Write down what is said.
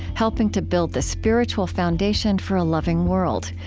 helping to build the spiritual foundation for a loving world.